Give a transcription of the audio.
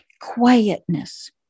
quietness